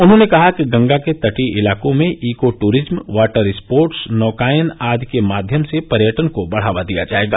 उन्होंने कहा कि गंगा के तटीय इलाकों में ईको दूरिज्म वाटर स्पोर्ट्स नौकायान आदि के माध्यम से पर्यटन को बढ़ावा दिया जाएगा